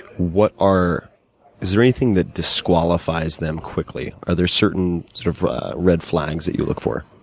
what are is there anything that disqualifies them quickly? are there certain sort of red flags that you look for?